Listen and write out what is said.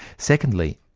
secondly,